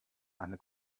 eine